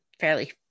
fairly